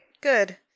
Good